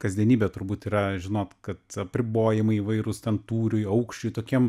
kasdienybė turbūt yra žinot kad apribojimai įvairūs ten tūriui aukščiui tokiem